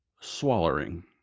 swallowing